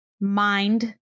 mind